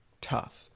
tough